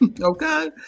okay